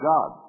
God